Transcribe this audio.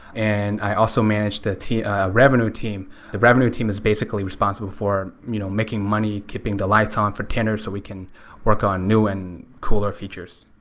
and i also manage the ah revenue team. the revenue team is basically responsible for you know making money, keeping the lights on for tinder so we can work on new and cooler features.